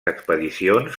expedicions